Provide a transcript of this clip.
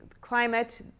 climate